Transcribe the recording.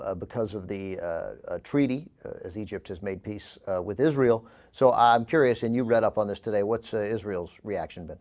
ah because of the ah. a treaty as egypt has made peace with israel so i'm curious and you read up on this today what's a israel's reaction but